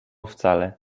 wcale